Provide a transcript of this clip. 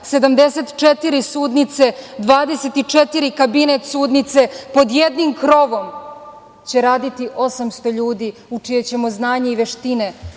74 sudnice, 24 kabinet sudnice. Pod jednim krovom će raditi 800 ljudi u čije ćemo znanje i veštine